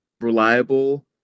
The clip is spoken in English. reliable